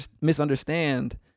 misunderstand